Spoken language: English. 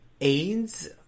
aids